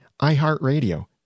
iHeartRadio